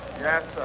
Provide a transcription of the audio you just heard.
Yes